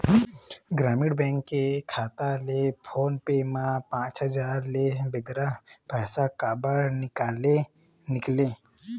ग्रामीण बैंक के खाता ले फोन पे मा पांच हजार ले बगरा पैसा काबर निकाले निकले?